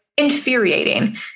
infuriating